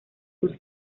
sur